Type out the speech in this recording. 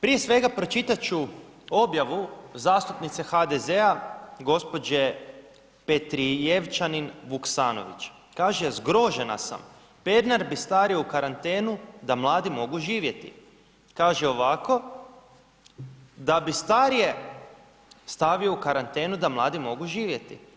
Prije svega pročitat ću objavu zastupnice HDZ-a gospođe Petrijevčanin Vuksanović, kaže: „Zgrožena sam, Pernar bi starije u karantenu da mladi mogu živjeti“, kaže ovako da bi starije stavio u karantenu da mladi mogu živjeti.